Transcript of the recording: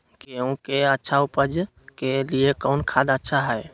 गेंहू के अच्छा ऊपज के लिए कौन खाद अच्छा हाय?